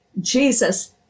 Jesus